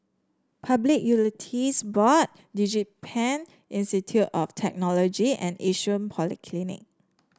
Public Utilities Board DigiPen Institute of Technology and Yishun Polyclinic